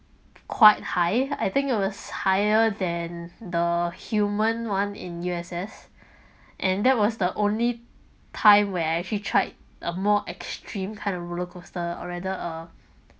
quite high I think it was higher than the human one in U_S_S and that was the only time where I actually tried a more extreme kind of roller coaster or rather a